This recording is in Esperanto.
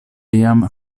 jam